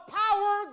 power